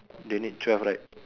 they need twelve right